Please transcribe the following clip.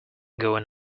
going